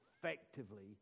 effectively